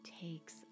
takes